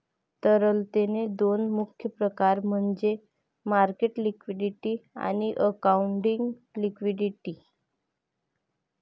तरलतेचे दोन मुख्य प्रकार म्हणजे मार्केट लिक्विडिटी आणि अकाउंटिंग लिक्विडिटी